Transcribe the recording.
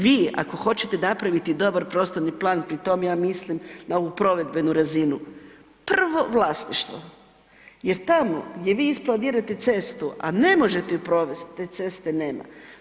Vi ako hoćete napraviti dobar prostorni plan, pri tom ja mislim na ovu provedbenu razinu, prvo vlasništvo jer tamo gdje vi isplanirate cestu a ne možete ju provesti, te ceste nema.